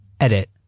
Edit